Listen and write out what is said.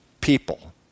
people